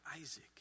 Isaac